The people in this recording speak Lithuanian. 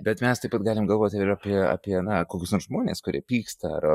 bet mes taip pat galim galvoti ir apie apie na kokius nors žmones kurie pyksta ar